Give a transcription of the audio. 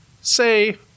say